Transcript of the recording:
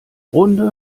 runde